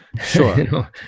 Sure